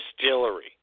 distillery